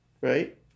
Right